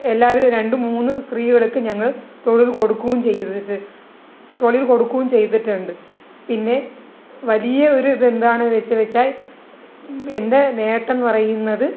എല്ലാവരും രണ്ട് മൂന്ന് സ്ത്രീകൾക്ക് ഞങ്ങള് തൊഴില് കൊടുക്കുകയും ചെയ്തിട്ട് തൊഴില് കൊടുക്കുകയും ചെയ്തിട്ടുണ്ട് പിന്നെ വലിയ ഒരു ഇത് എന്താണെന്ന് വെച്ച് വെച്ചാൽ എൻ്റെ നേട്ടം എന്ന് പറയുന്നത്